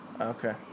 Okay